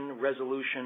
resolution